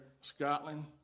Scotland